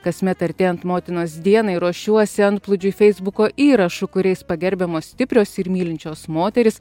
kasmet artėjant motinos dienai ruošiuosi antplūdžiui feisbuko įrašų kuriais pagerbiamos stiprios ir mylinčios moterys